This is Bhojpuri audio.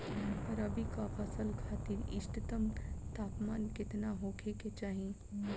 रबी क फसल खातिर इष्टतम तापमान केतना होखे के चाही?